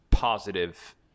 positive